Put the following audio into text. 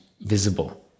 visible